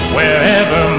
Wherever